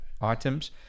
items